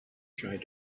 tried